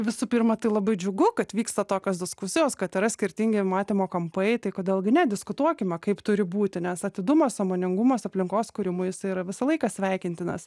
visų pirma tai labai džiugu kad vyksta tokios diskusijos kad yra skirtingi matymo kampai tai kodėl gi ne diskutuokime kaip turi būti nes atidumas sąmoningumas aplinkos kūrimui jisai yra visą laiką sveikintinas